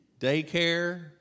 daycare